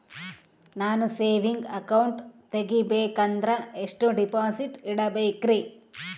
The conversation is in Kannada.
ನಾನು ಸೇವಿಂಗ್ ಅಕೌಂಟ್ ತೆಗಿಬೇಕಂದರ ಎಷ್ಟು ಡಿಪಾಸಿಟ್ ಇಡಬೇಕ್ರಿ?